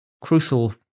crucial